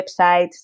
websites